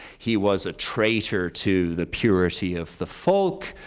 he was a traitor to the purity of the folk.